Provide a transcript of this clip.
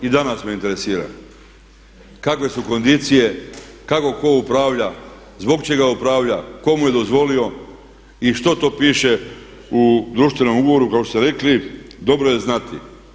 I danas me interesira kakve su kondicije, kako tko upravlja, zbog čega upravlja, tko mu je dozvolio i što to piše u društvenom ugovoru kao što ste rekli dobro je znati.